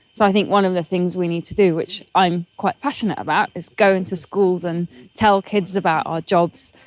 so i think one of the things we need to do, which i'm quite passionate about, is go into schools and tell kids about our jobs,